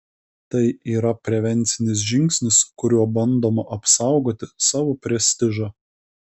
tai yra prevencinis žingsnis kuriuo bandoma apsaugoti savo prestižą